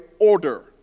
order